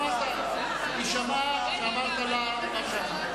היא שמעה מה שאמרת לה.